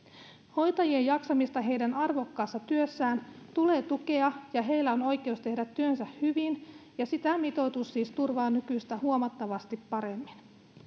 hoitajien jaksamista heidän arvokkaassa työssään tulee tukea ja heillä on oikeus tehdä työnsä hyvin ja sitä mitoitus siis turvaa nykyistä huomattavasti paremmin